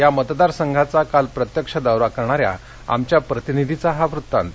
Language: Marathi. या मतदारसंघाचा काल प्रत्यक्ष दौरा करणाऱ्या आमच्या प्रतिनिधीचा हा वृत्तांत